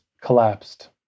collapsed